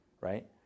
right